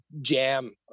jam